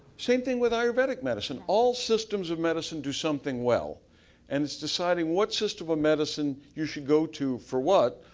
same thing with ayurvedic medicine. all systems of medicine do something well and it's deciding what system of medicine you should go to for what.